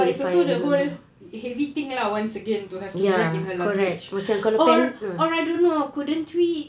but it's also the whole heavy thing lah once again to have to drag in her luggage or or I don't know couldn't tweet